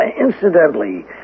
incidentally